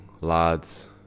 lads